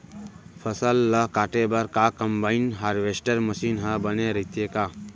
फसल ल काटे बर का कंबाइन हारवेस्टर मशीन ह बने रइथे का?